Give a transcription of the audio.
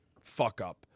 fuck-up